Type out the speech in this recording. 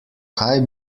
kaj